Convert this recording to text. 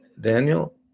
Daniel